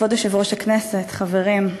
כבוד יושב-ראש הכנסת, חברים,